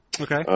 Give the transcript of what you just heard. Okay